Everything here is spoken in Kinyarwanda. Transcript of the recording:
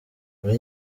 muri